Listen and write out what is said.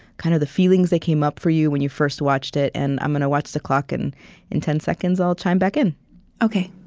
kind of the feelings that came up for you when you first watched it. and i'm gonna watch the clock, and in ten seconds, i'll chime back in ok